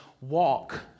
walk